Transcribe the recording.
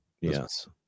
Yes